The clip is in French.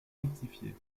rectifié